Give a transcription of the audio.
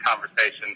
conversation